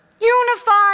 unified